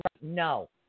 No